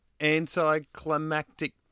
anticlimactic